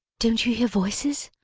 don't you hear voices?